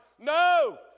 No